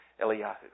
Eliyahu